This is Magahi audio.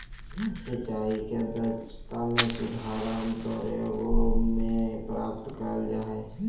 सिंचाई के दक्षता में सुधार आमतौर एगो में प्राप्त कइल जा हइ